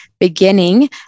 beginning